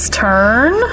turn